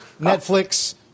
Netflix